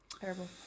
Terrible